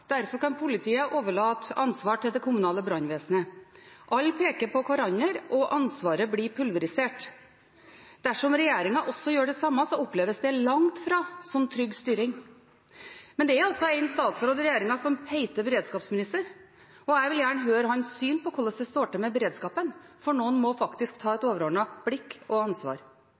derfor kan politiet overlate ansvar til det kommunale brannvesenet. Alle peker på hverandre, og ansvaret blir pulverisert. Dersom regjeringen også gjør det samme, oppleves det langt fra som trygg styring. Men det er altså én statsråd i regjeringen som heter beredskapsminister, og jeg vil gjerne høre hans syn på hvordan det står til med beredskapen – for noen må faktisk ha et overordnet blikk og ansvar.